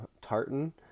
Tartan